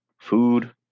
food